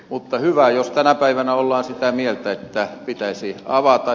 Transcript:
mutta hyvä jos tänä päivänä ollaan sitä mieltä että pitäisi avata